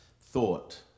thought